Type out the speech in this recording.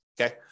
okay